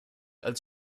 als